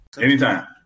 Anytime